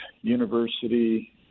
university